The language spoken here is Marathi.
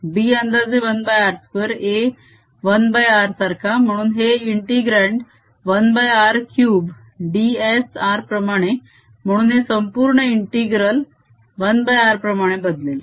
B अंदाजे 1r 2 A 1r सारखा म्हणून हे इंटीग्रंड 1r 3 ds r प्रमाणे म्हणून हे संपूर्ण इंटीग्रल 1r प्रमाणे बदलेल